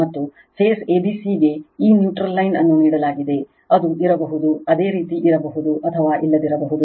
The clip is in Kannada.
ಮತ್ತು ಫೇಸ್ a b c ಗೆ ಈ ನ್ಯೂಟ್ರಲ್ ಲೈನ್ ಅನ್ನು ನೀಡಲಾಗಿದೆ ಅದು ಇರಬಹುದು ಅದೇ ರೀತಿ ಇರಬಹುದು ಅಥವಾ ಇಲ್ಲದಿರಬಹುದು